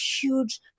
huge